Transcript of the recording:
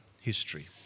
history